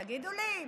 תגידו לי,